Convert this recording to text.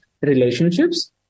relationships